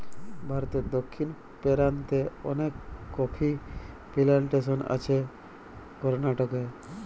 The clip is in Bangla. ভারতে দক্ষিণ পেরান্তে অলেক কফি পিলানটেসন আছে করনাটকে